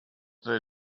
they